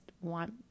want